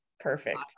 Perfect